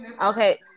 Okay